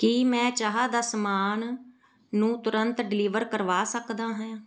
ਕੀ ਮੈਂ ਚਾਹ ਦਾ ਸਮਾਨ ਨੂੰ ਤੁਰੰਤ ਡਿਲੀਵਰ ਕਰਵਾ ਸਕਦਾ ਹਾਂ